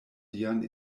dian